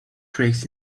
tricks